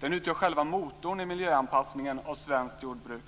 Den utgör själva motorn i miljöanpassningen av svenskt jordbruk